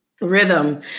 rhythm